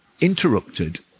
interrupted